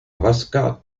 vasca